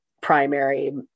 primary